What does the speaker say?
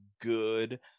good